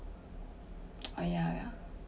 oh ya ya